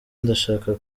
ndashaka